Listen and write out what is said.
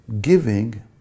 Giving